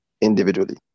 individually